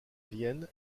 vienne